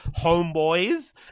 homeboys